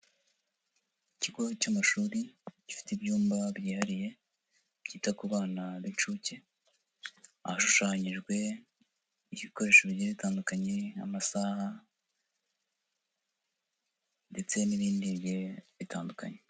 Ikigo cy'amashuri gifite ibyumba byihariye, byita ku bana b'incuke, ahashushanyijwe ibikoresho bigiye bitandukanye nk'amsaha ndetse n'ibindi bigiye bitandukanye.